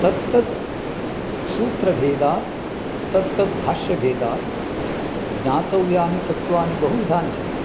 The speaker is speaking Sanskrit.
तत्तत् सूत्रभेदात् तत्तद् भाष्यभेदात् ज्ञातव्यानि तत्त्वानि बहुविधानि सन्ति